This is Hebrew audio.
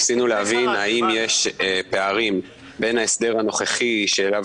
ניסינו להבין האם יש פערים בין ההסדר הנוכחי שאליו